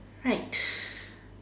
right